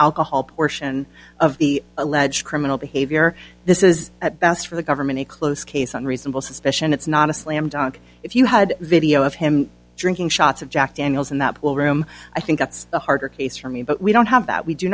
alcohol portion of the alleged criminal behavior this is at best for the government a close case on reasonable suspicion it's not a slam dunk if you had video of him drinking shots of jack daniels in that pool room i think that's a harder case for me but we don't have that we do